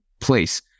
place